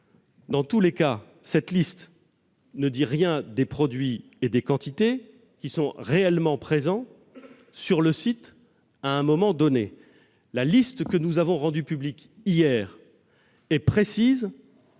dans tous les cas, cette liste ne dit rien des produits et des quantités qui sont réellement présents sur un site à un moment donné. La liste que nous avons rendue publique hier est précise